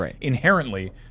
inherently